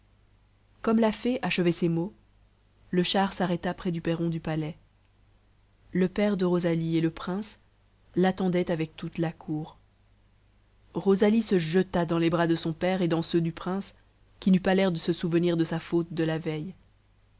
comme la fée achevait ces mots le char s'arrêta près du perron du palais le père de rosalie et le prince l'attendaient avec toute la cour rosalie se jeta dans les bras de son père et dans ceux du prince qui n'eut pas l'air de se souvenir de sa faute de la veille